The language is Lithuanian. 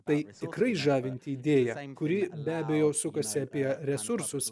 tai tikrai žavinti idėja kuri be abejo sukasi apie resursus